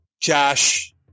Josh